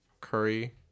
curry